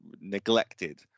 neglected